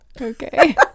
okay